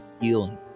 healing